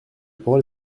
parole